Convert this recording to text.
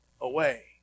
away